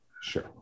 Sure